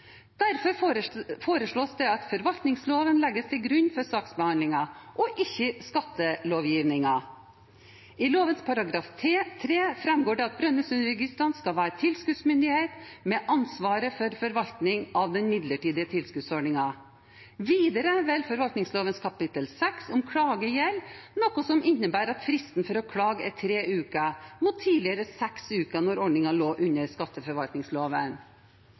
foreslås det at forvaltningsloven legges til grunn for saksbehandlingen og ikke skattelovgivningen. I lovens § 3 framgår det at Brønnøysundregistrene skal være tilskuddsmyndighet, med ansvaret for forvaltning av den midlertidige tilskuddsordningen. Videre vil forvaltningsloven kapittel VI, om klage, gjelde, noe som innebærer at fristen for å klage er tre uker, mot tidligere seks uker da ordningen lå under skatteforvaltningsloven.